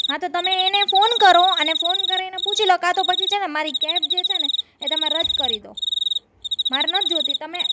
હા તો તમે એને ફોન કરો અને ફોન કરીને પૂછી લો કાં તો મારી કેબ જે છે જે ને એ તમે રદ કરી દો મારે નથી જોઈતી તમે